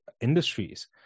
Industries